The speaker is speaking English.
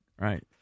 Right